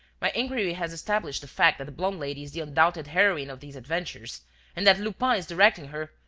my inquiry has established the fact that the blonde lady is the undoubted heroine of these adventures and that lupin is directing her.